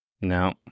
no